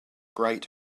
great